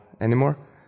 anymore